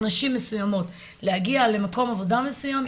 או נשים מסוימות להגיע למקום עבודה מסוים,